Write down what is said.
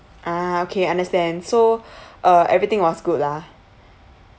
ah okay understand so uh everything was good lah